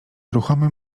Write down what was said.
ruchome